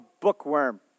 bookworm